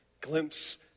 Glimpse